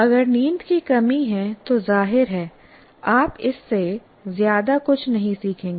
अगर नींद की कमी है तो जाहिर है आप इससे ज्यादा कुछ नहीं सीखेंगे